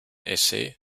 essay